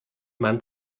man